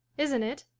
isn't it?